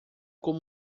com